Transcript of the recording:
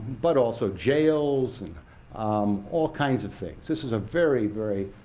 but also jails, and um all kinds of things. this is a very, very,